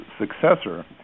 successor